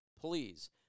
Please